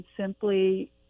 simply